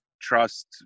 trust